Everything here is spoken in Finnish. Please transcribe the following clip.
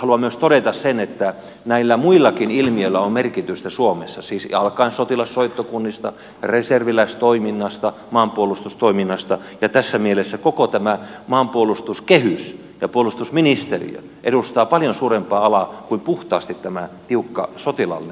haluan myös todeta sen että näillä muillakin ilmiöillä on merkitystä suomessa siis alkaen sotilassoittokunnista reserviläistoiminnasta maanpuolustustoiminnasta ja tässä mielessä koko tämä maanpuolustuskehys ja puolustusministeriö edustavat paljon suurempaa alaa kuin puhtaasti tämä tiukka sotilaallinen maanpuolustus